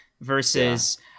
versus